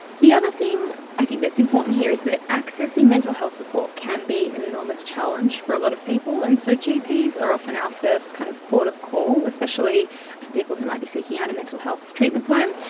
the other thing i think that's important here is that accessing mental health support can be an enormous challenge for a lot of people, and so gps are often our first kind of port of call, especially for people who might be seeking out a mental health treatment plant.